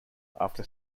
after